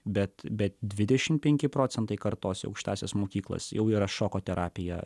bet bet dvidešimt penki procentai kartosi aukštąsias mokyklas jau yra šoko terapiją